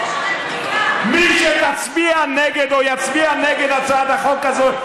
מי שתצביע או יצביע נגד הצעת החוק הזאת,